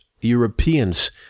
Europeans